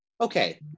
okay